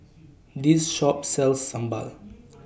This Shop sells Sambal